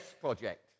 Project